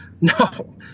No